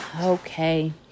Okay